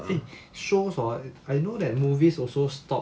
eh show hor I know that movies also stop